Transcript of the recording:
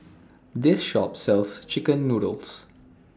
This Shop sells Chicken Noodles